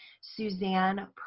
Suzanne